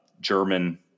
German